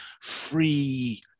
free